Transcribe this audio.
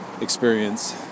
experience